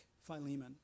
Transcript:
Philemon